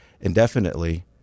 indefinitely